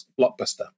blockbuster